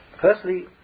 Firstly